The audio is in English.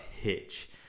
Hitch